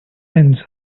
sensor